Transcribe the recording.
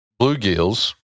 bluegills